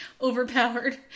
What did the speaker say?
overpowered